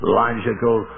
logical